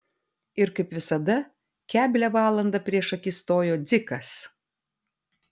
ir kaip visada keblią valandą prieš akis stojo dzikas